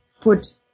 put